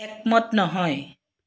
একমত নহয়